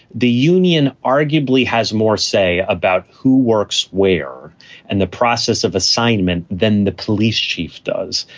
the union arguably has more say about who works where and the process of assignment than the police chief does.